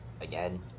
Again